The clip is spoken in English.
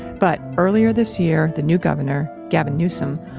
but earlier this year, the new governor, gavin newsom,